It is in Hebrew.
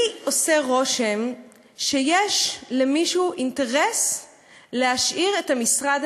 לי עושה רושם שיש למישהו אינטרס להשאיר את המשרד